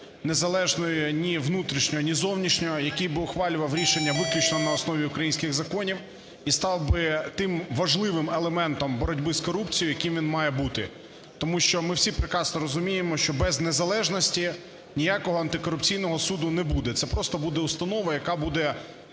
Незалежною ні внутрішньо, ні зовнішньо, який би ухвалював рішення виключно на основі українських законів і став би тим важливим елементом боротьби з корупцією, яким він має бути. Тому що ми всі прекрасно розуміємо, що без незалежності ніякого антикорупційного суду не буде. Це просто буде установа, яка буде